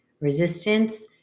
Resistance